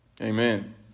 Amen